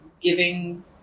giving